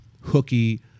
hooky